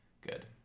good